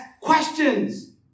questions